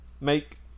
Make